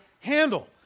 handle